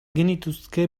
genituzke